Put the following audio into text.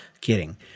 Kidding